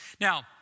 Now